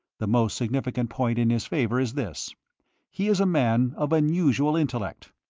the most significant point in his favour is this he is a man of unusual intellect.